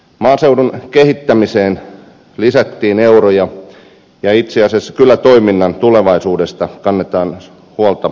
maaseudun kehittämiseen lisättiin euroja ja itse asiassa kylätoiminnan tulevaisuudesta kannetaan huolta ympäri suomea